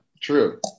True